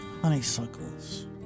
honeysuckles